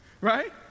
right